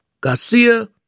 Garcia